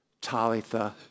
Talitha